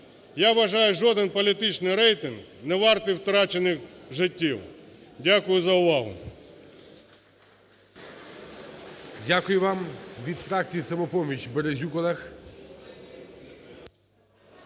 Я вважаю, жоден політичний рейтинг не вартий втрачених життів. Дякую за увагу. ГОЛОВУЮЧИЙ. Дякую вам. Від фракції "Самопоміч" Березюк Олег.